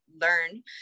learn